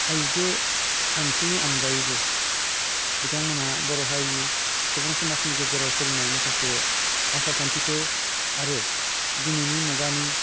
आयजो सानस्रिनि अनगायैबो बिथांमोनहा बर' हारि सुबुं समाजनि गेजेराव सोलिनाय माखासे आसारखान्थिफोर आरो दिनैनि मुगानि